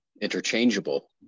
interchangeable